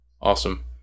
Awesome